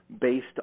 based